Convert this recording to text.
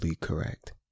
correct